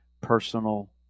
personal